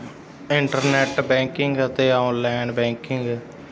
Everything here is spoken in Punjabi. ਇੰਟਰਨੈਟ ਬੈਂਕਿੰਗ ਅਤੇ ਔਨਲਾਈਨ ਬੈਂਕਿੰਗ